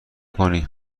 کنی